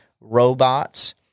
robots